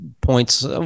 points